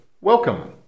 Welcome